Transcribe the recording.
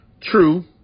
True